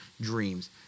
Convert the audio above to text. dreams